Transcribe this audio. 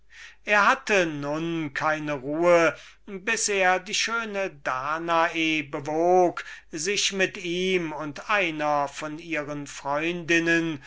er hatte nun keine ruhe bis er die schöne danae bewogen hatte sich mit einer von ihren freundinnen